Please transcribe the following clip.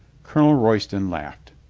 colonel royston laughed.